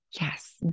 Yes